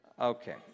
Okay